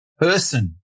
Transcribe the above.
person